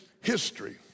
history